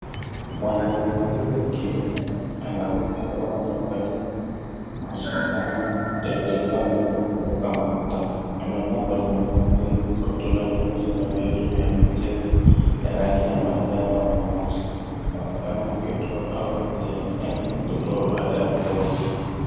Mwanariadha huyu akionekana anaruka hewani wakati wa mashindano ya kuruka mbele na kuruka mara tatu. Amevaa fulana ya nyekundu na kaptula nyeusi na viatu vya michezo ya rangi ya manjano na nyeusi. Anaonekana akitua au akienda kutoa baada ya kuruka.